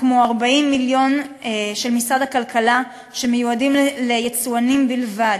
כמו 40 מיליון של משרד הכלכלה שמיועדים ליצואנים בלבד.